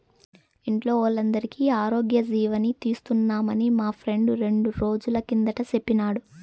ఇంట్లో వోల్లందరికీ ఆరోగ్యజీవని తీస్తున్నామని మా ఫ్రెండు రెండ్రోజుల కిందట సెప్పినాడు